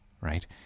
right